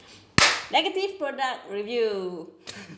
negative product review